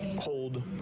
hold